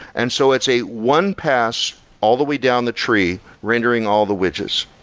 and so it's a one pass all the way down the tree, rendering all the widgets.